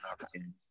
opportunities